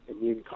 immune